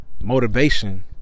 motivation